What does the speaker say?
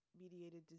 mediated